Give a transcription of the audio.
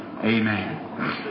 amen